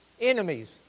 enemies